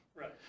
right